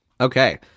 Okay